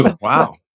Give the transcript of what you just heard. Wow